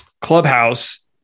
Clubhouse